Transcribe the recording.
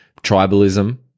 tribalism